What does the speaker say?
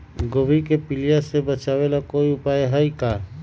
गोभी के पीलिया से बचाव ला कोई उपाय है का?